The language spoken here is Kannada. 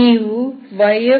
ನೀವು yxux